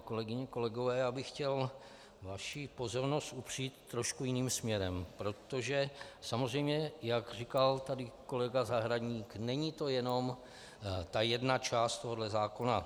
Kolegyně a kolegové, já bych chtěl vaši pozornost upřít trošku jiným směrem, protože samozřejmě, jak říkal tady kolega Zahradník, není to jenom ta jedna část tohoto zákona.